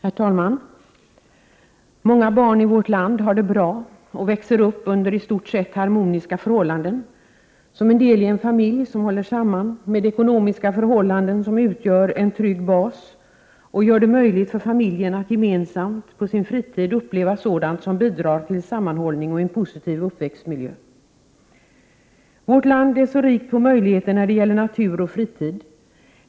Herr talman! Många barn i vårt land har det bra och växer upp under i stort sett harmoniska förhållanden, som en del i en familj som håller samman med ekonomiska förhållanden som utgör en trygg bas och gör det möjligt för familjen att gemensamt på sin fritid uppleva sådant som bidrar till sammanhållning och en positiv uppväxtmiljö. Vårt land är så rikt på möjligheter när det gäller natur och fritid.